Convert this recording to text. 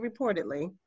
reportedly